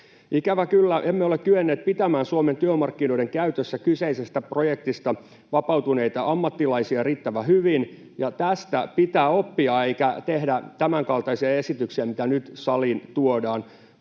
Ikävä kyllä, emme ole kyenneet pitämään Suomen työmarkkinoiden käytössä kyseisestä projektista vapautuneita ammattilaisia riittävän hyvin, ja tästä pitää oppia, eikä tehdä tämänkaltaisia esityksiä, mitä nyt saliin tuodaan.